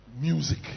Music